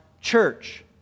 church